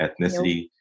ethnicity